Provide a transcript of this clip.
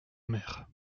mer